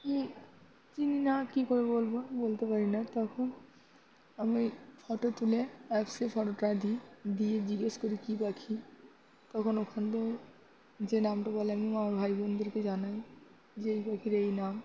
চিনি না কী করে বলবো বলতে পারি না তখন আমি ফটো তুলে অ্যাপসে ফটোটা দিই দিয়ে জিজ্ঞেস করি কী পাখি তখন ওখান থেকে যে নামটা বলে আমি আমার ভাই বোনদেরকে জানাই যে এই পাখির এই নাম